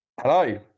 Hello